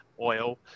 oil